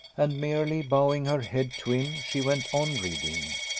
and, merely bowing her head to him, she went on reading.